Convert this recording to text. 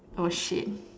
oh shit